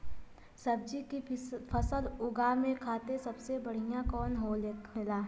सब्जी की फसल उगा में खाते सबसे बढ़ियां कौन होखेला?